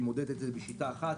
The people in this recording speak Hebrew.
והיא מודדת בשיטה אחת.